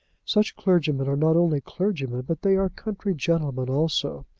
such clergymen are not only clergymen, but they are country gentlemen also.